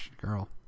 Girl